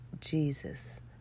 Jesus